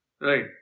Right